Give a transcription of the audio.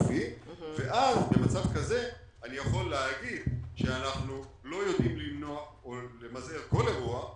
ואז במצב כזה אני יכול להגיד שאנחנו לא יודעים למנוע או למזער כל אירוע,